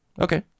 Okay